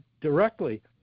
directly